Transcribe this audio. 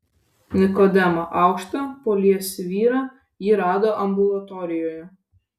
nikodemą aukštą poliesį vyrą ji rado ambulatorijoje